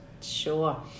Sure